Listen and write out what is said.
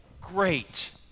great